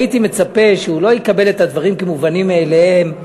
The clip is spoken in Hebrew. הייתי מצפה שהוא לא יקבל את הדברים כמובנים מאליהם.